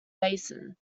basin